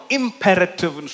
imperative